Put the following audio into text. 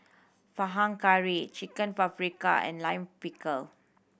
Panang Curry Chicken Paprika and Lime Pickle